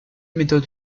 méthode